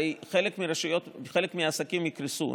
הרי חלק מהעסקים יקרסו,